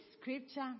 scripture